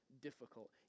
difficult